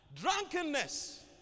Drunkenness